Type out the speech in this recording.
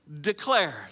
declared